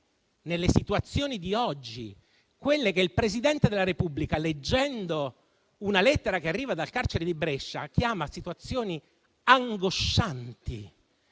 nelle situazioni di oggi, quelle che il Presidente della Repubblica, leggendo una lettera che arriva dal carcere di Brescia, chiama situazioni angoscianti.